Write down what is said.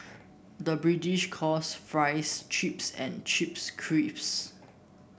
the British calls fries chips and chips crisps